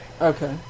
Okay